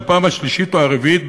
בפעם השלישית או הרביעית,